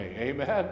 Amen